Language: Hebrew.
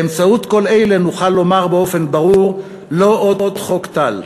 באמצעות כל אלה נוכל לומר באופן ברור: לא עוד חוק טל.